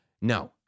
No